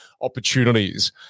opportunities